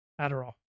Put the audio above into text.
Adderall